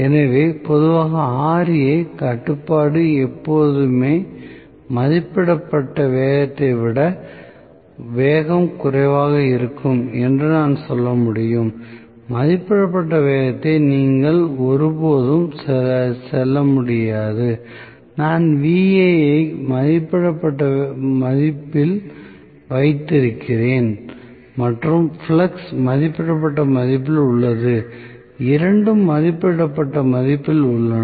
எனவே பொதுவாக Ra கட்டுப்பாடு எப்போதுமே மதிப்பிடப்பட்ட வேகத்தை விட வேகம் குறைவாக இருக்கும் என்று நான் சொல்ல முடியும் மதிப்பிடப்பட்ட வேகத்தை விட நீங்கள் ஒருபோதும் செல்ல முடியாது நான் Va ஐ மதிப்பிடப்பட்ட மதிப்பில் வைத்திருக்கிறேன் மற்றும் ஃப்ளக்ஸ் மதிப்பிடப்பட்ட மதிப்பில் உள்ளது இரண்டும் மதிப்பிடப்பட்ட மதிப்பில் உள்ளன